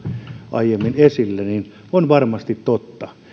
aiemmin esille purkamisesta ja lastauskustannuksista on varmasti totta